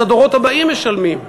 אז הדורות הבאים משלמים.